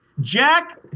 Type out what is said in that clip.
Jack